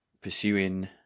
pursuing